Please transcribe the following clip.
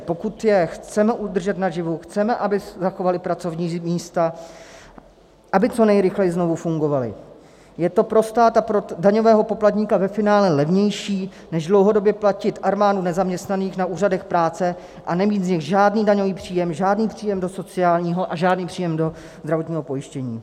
Pokud je chceme udržet naživu, chceme, aby zachovaly pracovní místa, aby co nejrychleji znovu fungovaly, je to pro stát a daňového poplatníka ve finále levnější než dlouhodobě platit armádu nezaměstnaných na úřadech práce a nemít z nich žádný daňový příjem, žádný příjem do sociálního a žádný příjem do zdravotního pojištění.